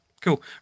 cool